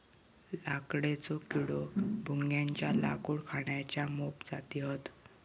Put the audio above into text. लाकडेचो किडो, भुंग्याच्या लाकूड खाण्याच्या मोप जाती हत